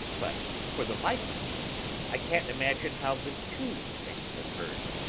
but for the life of me i can't imagine how the two things occurred.